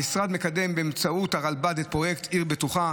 המשרד מקדם באמצעות הרלב"ד את פרויקט עיר בטוחה